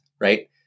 right